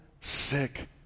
sick